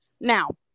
Now